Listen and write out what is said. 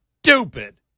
stupid